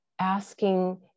asking